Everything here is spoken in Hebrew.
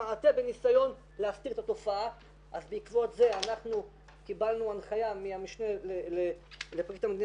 מועדון הפוסיקט היא עתירה שאנחנו הגשנו לפני שנתיים וחצי,